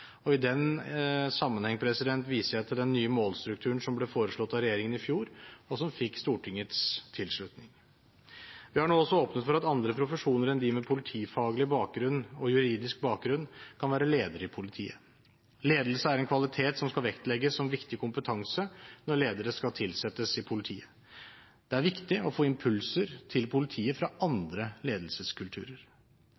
I den sammenheng viser jeg til den nye målstrukturen som ble foreslått av regjeringen i fjor, og som fikk Stortingets tilslutning. Vi har nå også åpnet for at andre profesjoner enn de med politifaglig bakgrunn eller juridisk bakgrunn kan være ledere i politiet. Ledelse er en kvalitet som skal vektlegges som viktig kompetanse når ledere skal tilsettes i politiet. Det er viktig å få impulser til politiet fra andre ledelseskulturer.